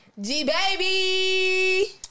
G-Baby